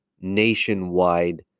nationwide